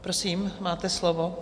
Prosím, máte slovo.